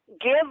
Give